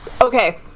okay